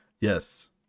Yes